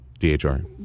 DHR